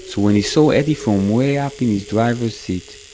when he saw eddie from way up in his driver's seat,